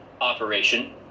operation